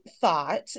thought